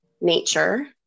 nature